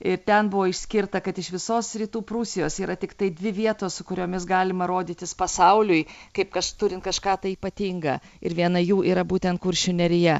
ir ten buvo išskirta kad iš visos rytų prūsijos yra tiktai dvi vietos su kuriomis galima rodytis pasauliui kaip kaž turint kažką tai ypatinga ir viena jų yra būtent kuršių nerija